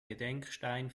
gedenkstein